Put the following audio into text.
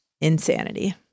insanity